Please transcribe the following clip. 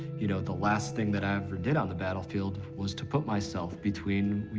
you know, the last thing that i ever did on the battlefield was to put myself between,